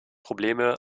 probleme